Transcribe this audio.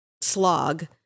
slog